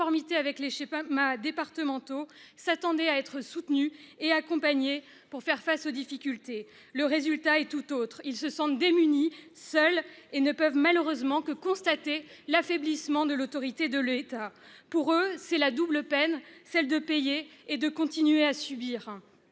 conformité avec les schémas départementaux, s'attendaient à être soutenus et accompagnés pour faire face aux difficultés. Le résultat est tout autre : ils se sentent démunis, seuls, et ne peuvent malheureusement que constater l'affaiblissement de l'autorité de l'État. Pour eux, c'est la double peine : payer et continuer à subir.